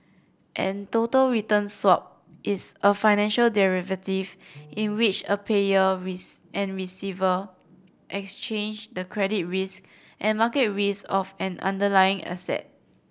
a total return swap is a financial derivative in which a payer and receiver exchange the credit risk and market risk of an underlying asset